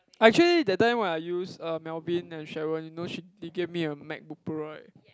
I actually that time when I use uh Melvin and Sharon you know she they gave me a MacBook-Pro right